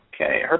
Okay